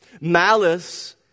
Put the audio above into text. Malice